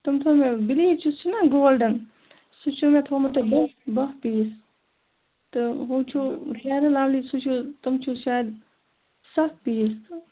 تِم تھٲوِو مےٚ بُلیٖچ یُس چھُنا گولڈَن سُہ چھُ مےٚ تھوٚومُت تۄہہِ دَہ باہ پیٖس تہٕ ہُہ چھُ فِیَر اینٛڈ لَولی سُہ چھُ تِم چھِ شایَد سَتھ پیٖس تہٕ